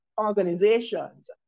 organizations